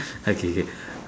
okay K